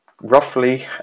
roughly